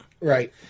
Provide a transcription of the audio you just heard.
Right